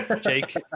jake